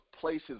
places